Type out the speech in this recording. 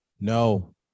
No